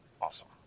awesome